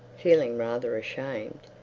feeling rather ashamed.